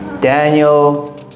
Daniel